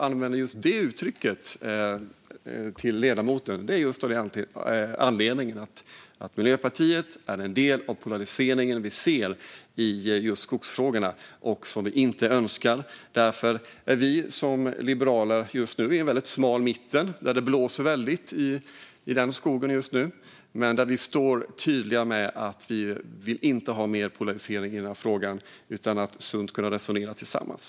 Av just den anledningen, att Miljöpartiet är en del av den polarisering vi ser i just skogsfrågorna och som vi inte önskar, använder jag det uttrycket. Det är därför vi liberaler nu är i en väldigt smal mitt, och det blåser väldigt i den skogen just nu. Men vi är tydliga med att vi inte vill ha mer polarisering i frågan, utan vi vill sunt kunna resonera tillsammans.